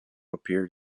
appeared